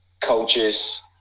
coaches